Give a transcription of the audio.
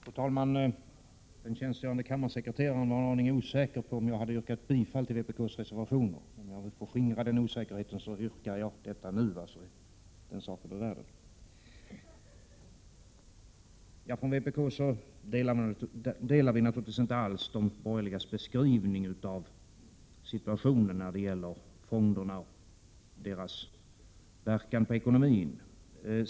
Fru talman! Den tjänstgörande kammarsekreteraren var en aning osäker på om jag hade yrkat bifall till vpk:s reservation. För att skingra den osäkerheten yrkar jag det nu för att få saken ur världen. Från vpk kan vi naturligtvis inte ansluta oss till de borgerligas beskrivning av situationen när det gäller fonderna och deras verkan på ekonomin.